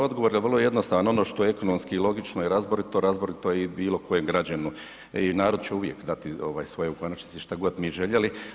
Odgovor je vrlo jednostavan, ono što je ekonomski i logično i razborito, razborito je i bilo kojem građaninu i narod će uvijek dati svoje u konačnici što god mi željeli.